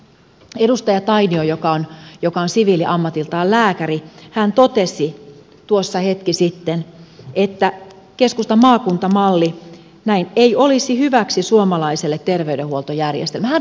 edustaja tainio joka on siviiliammatiltaan lääkäri totesi hetki sitten että keskustan maakuntamalli ei olisi hyväksi suomalaiselle terveydenhuoltojärjestelmälle